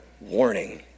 warning